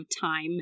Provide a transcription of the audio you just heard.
time